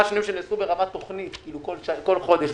השינויים שנעשו ברמת תוכנית כל חודש.